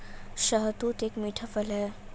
शहतूत एक मीठा फल है